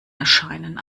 erscheinen